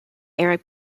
arab